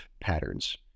patterns